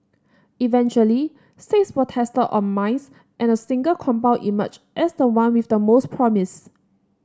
eventually six were tested on mice and a single compound emerged as the one with the most promise